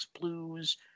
Blues